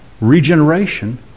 regeneration